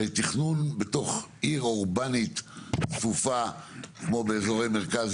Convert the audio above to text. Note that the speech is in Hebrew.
הרי תכנון בתוך עיר אורבנית צפופה כמו באזורי מרכז,